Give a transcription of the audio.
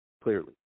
Clearly